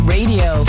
Radio